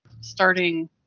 starting